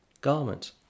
Garment